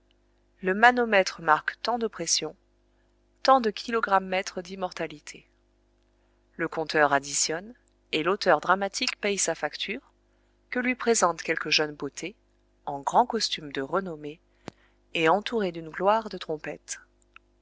le manomètre marque tant de pression tant de kilogrammètres d'immortalité le compteur additionne et lauteur dramatique paye sa facture que lui présente quelque jeune beauté en grand costume de renommée et entourée d'une gloire de trompettes